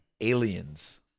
Aliens